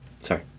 Sorry